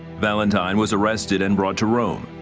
but and and was arrested and brought to rome.